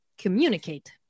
communicate